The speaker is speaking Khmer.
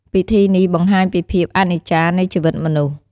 ពិធីនេះបង្ហាញពីភាពអនិច្ចានៃជីវិតមនុស្ស។